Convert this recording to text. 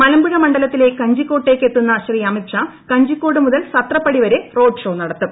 മലമ്പുഴ മണ്ഡലത്തിലെ കഞ്ചിക്കോട്ടേക്ക് എത്തുന്ന അമിത് ഷാ കഞ്ചിക്കോടു മുതൽ സത്രപ്പടിവരെ റോഡ് ഷോ നടത്തും